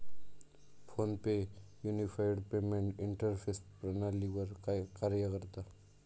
phone पे unified payment interface प्रणालीवर कार्य करता